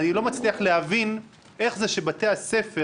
אני לא מצליח להבין איך זה שבבתי הספר